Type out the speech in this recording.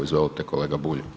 Izvolite kolega Bulj.